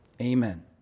amen